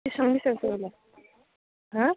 बेसेबां बेसेबांसो लागोन हा